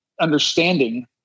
understanding